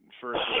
first